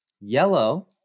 Yellow